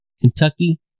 Kentucky